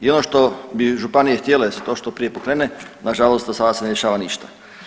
I ono što bi županije htjele da se to što prije pokrene nažalost do sada se ne rješava ništa.